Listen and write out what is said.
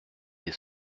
des